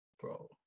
Bro